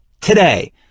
Today